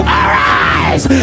arise